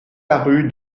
paru